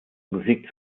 musik